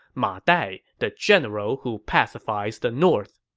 ma dai, the general who pacifies the north.